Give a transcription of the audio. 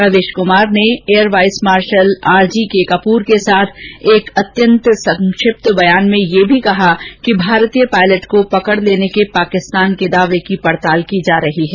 रवीश कमार ने air vice marshal RGK Kapoor के साथ एक अत्यंत संक्षिप्त बयान में यह भी कहा कि भारतीय पायलट को पकड़ लेने के पाकिस्तान के दावे की पड़ताल की जा रही है